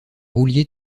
roulier